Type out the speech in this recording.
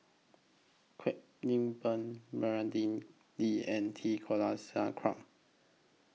Kwek Leng Beng Lee and T Kulasekaram